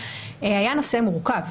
היה נושא מורכב.